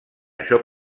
això